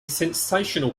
sensational